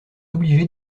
obligé